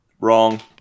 wrong